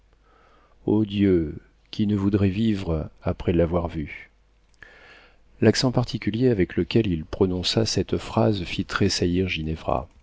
o dieu qui ne voudrait vivre après l'avoir vue l'accent particulier avec lequel il prononça cette phrase fit tressaillir